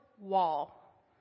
wall